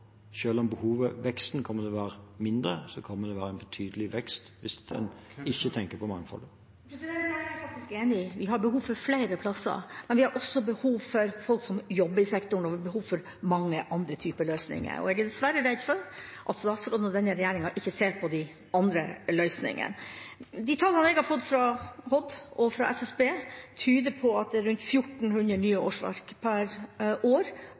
om veksten kommer til å være mindre, kommer det til å være en betydelig vekst hvis vi tenker på mangfoldet. Der er vi faktisk enige. Vi har behov for flere plasser. Men vi har også behov for folk som jobber i sektoren, og vi har behov for mange andre typer løsninger. Jeg er dessverre redd for at statsråden og denne regjeringa ikke ser på de andre løsningene. De tallene jeg har fått fra Helse- og omsorgsdepartementet og fra Statistisk sentralbyrå, tyder på at det er rundt 1 400 nye årsverk per år